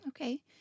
Okay